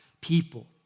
people